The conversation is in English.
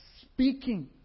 speaking